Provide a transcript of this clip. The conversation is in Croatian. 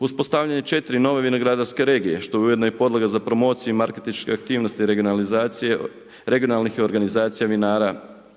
Uspostavljanje 4 nove vinogradarske regije što je ujedno i podloga za promociju i marketinške aktivnosti regionalizacije, regionalnih organizacija vinara